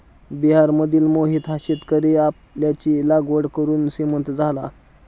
बिहारमधील मोहित हा शेतकरी आल्याची लागवड करून श्रीमंत झाला